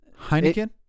Heineken